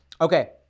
Okay